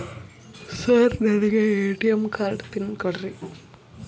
Sir ನನಗೆ ATM card PIN ಕೊಡ್ರಿ?